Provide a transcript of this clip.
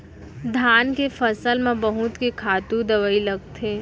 धान के फसल म बहुत के खातू दवई लगथे